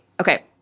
Okay